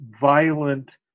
Violent